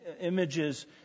images